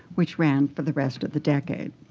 which ran for the rest of the decade.